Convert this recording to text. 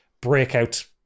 breakout